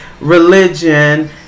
religion